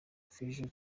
fission